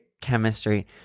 chemistry